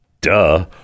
duh